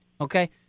okay